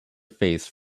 face